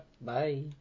Bye